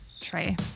tray